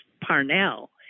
Parnell